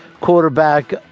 quarterback